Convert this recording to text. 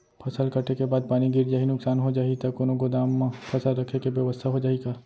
फसल कटे के बाद पानी गिर जाही, नुकसान हो जाही त कोनो गोदाम म फसल रखे के बेवस्था हो जाही का?